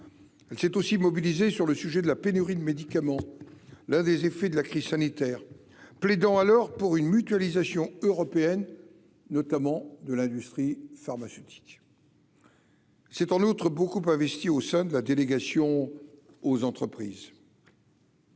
elle s'est aussi mobilisé sur le sujet de la pénurie de médicaments, l'un des effets de la crise sanitaire, plaidant, alors pour une mutualisation européenne notamment de l'industrie pharmaceutique. C'est en outre beaucoup investi au sein de la délégation aux entreprises.